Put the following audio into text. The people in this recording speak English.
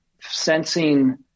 sensing